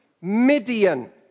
Midian